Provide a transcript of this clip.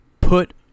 put